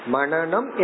Mananam